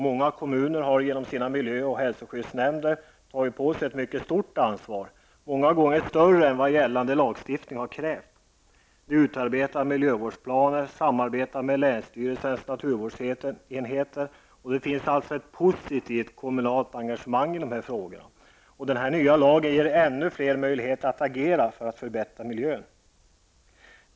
Många kommuner har genom sina miljö och hälsoskyddsnämnder tagit på sig ett mycket stort ansvar, många gånger större än vad gällande lagstiftning har krävt. De utarbetar miljövårdsplaner och samarbetar med länsstyrelsens naturvårdsenheter. Det finns alltså ett positivt kommunalt engagemang i de här frågorna. Den nya lagen ger ännu fler möjligheter att agera för att förbättra miljön.